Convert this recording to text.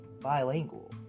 bilingual